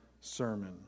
sermon